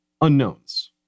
unknowns